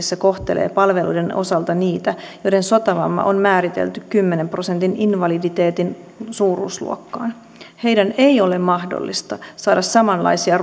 se kohtelee palveluiden osalta niitä joiden sotavamma on määritelty kymmenen prosentin invaliditeetin suuruusluokkaan heidän ei ole mahdollista saada samanlaisia